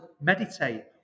meditate